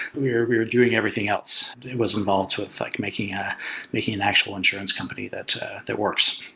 we are we are doing everything else that was involved with like making yeah making an actual insurance company that that works,